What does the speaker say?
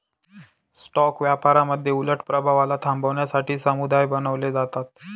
stock व्यापारामध्ये उलट प्रभावाला थांबवण्यासाठी समुदाय बनवले जातात